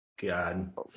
God